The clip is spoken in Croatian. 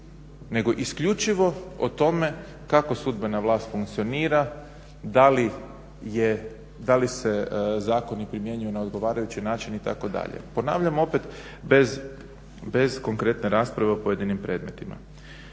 nego isključivo o tome kako sudbena vlast funkcionira da li je, da li se zakoni primjenjuju na odgovarajući način itd. Ponavljam opet bez konkretne rasprave o pojedinim predmetima.